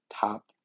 top